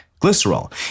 glycerol